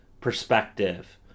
perspective